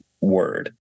word